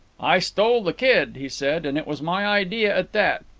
i stole the kid, he said, and it was my idea at that.